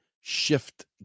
shift